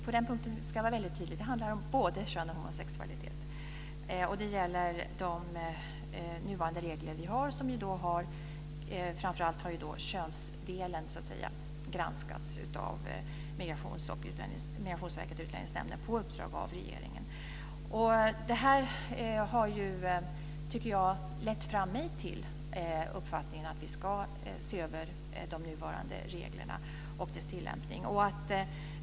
På den punkten ska jag vara väldigt tydlig. Det handlar om både kön och homosexualitet. Det gäller de nuvarande regler som vi har, där ju framför allt könsdelen har granskats av Migrationsverket och Utlänningsnämnden på uppdrag av regeringen. Det har i alla fall lett mig till uppfattningen att vi ska se över de nuvarande reglerna och deras tillämpning.